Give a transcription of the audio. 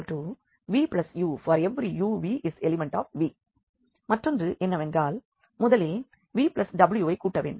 uvvu∀uv∈V மற்றொன்று என்னவென்றால் முதலில் vw ஐக் கூட்டவேண்டும்